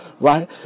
right